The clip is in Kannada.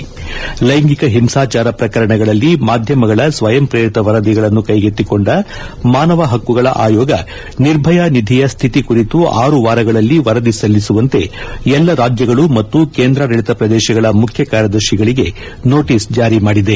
ಲ್ಲೆಂಗಿಕ ಹಿಂಸಾಚಾರ ಪ್ರಕರಣಗಳಲ್ಲಿ ಮಾಧ್ಯಮಗಳ ಸ್ವಯಂ ಪ್ರೇರಿತ ವರದಿಗಳನ್ನು ಕೈಗೆತ್ತಿಕೊಂಡ ಮಾನವ ಹಕ್ಕುಗಳ ಆಯೋಗ ನಿರ್ಭಯಾ ನಿಧಿಯ ಸ್ವಿತಿ ಕುರಿತು ಆರು ವಾರಗಳಲ್ಲಿ ವರದಿ ಸಲ್ಲಿಸುವಂತೆ ಎಲ್ಲಾ ರಾಜ್ಯಗಳ ಮತ್ತು ಕೇಂದ್ರಾಡಳಿತ ಪ್ರದೇಶಗಳ ಮುಖ್ಯ ಕಾರ್ಯದರ್ತಿಗಳಿಗೆ ನೋಟೀಸ್ ಜಾರಿಮಾಡಿದೆ